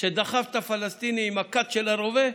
שדחף את הפלסטיני עם הקת של הרובה?